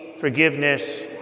forgiveness